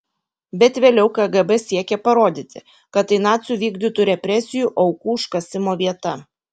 bet vėliau kgb siekė parodyti kad tai nacių vykdytų represijų aukų užkasimo vieta